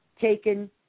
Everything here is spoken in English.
taken